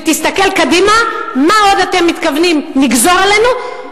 ותסתכל קדימה מה עוד אתם מתכוונים לגזור עלינו,